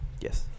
Yes